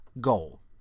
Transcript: goal